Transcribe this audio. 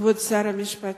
כבוד שר המשפטים,